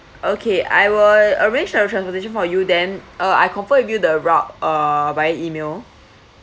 okay I will arrange a transportation for you then uh I confirm with you the route uh by email